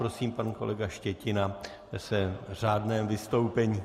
Prosím, pane kolega Štětina ve svém řádném vystoupení.